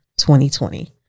2020